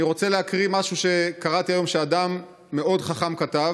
אני רוצה להקריא משהו שקראתי היום שאדם מאוד חכם כתב,